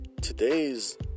today's